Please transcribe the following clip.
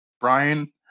Brian